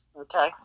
Okay